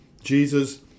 jesus